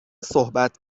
صحبت